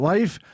Life